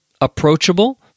approachable